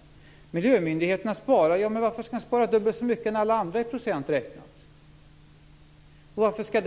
Varför skall miljömyndigheterna spara mycket mer än alla andra i procent räknat? Varför skall